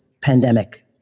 pandemic